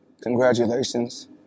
congratulations